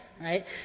right